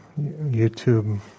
YouTube